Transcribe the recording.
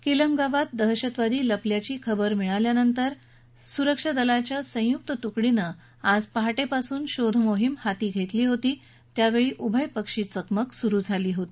किलम गावात दहशतवादी लपल्याची खबर मिळाल्यानंतर सुरक्षा दलाच्या संयुक्त तुकडीनं आज पहाटेपासून शोधमोहिम हाती घेतली होती त्यावेळी उभयपक्षी चकमक सुरू झाली होती